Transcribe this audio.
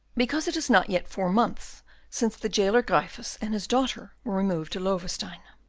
because it is not yet four months since the jailer gryphus and his daughter were removed to loewestein.